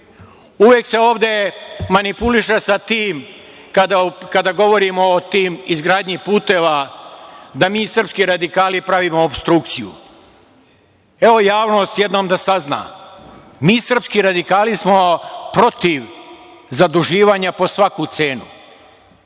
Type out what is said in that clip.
uvek se ovde manipuliše sa tim kada govorimo o toj izgradnji puteva, da mi srpski radikali pravimo opstrukciju. Evo, javnost jednom da sazna, mi srpski radikali smo protiv zaduživanja po svaku cenu.